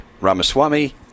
Ramaswamy